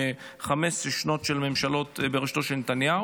ב-15 השנים של ממשלות בראשותו של נתניהו